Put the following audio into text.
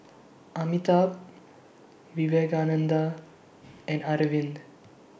Amitabh Vivekananda and Arvind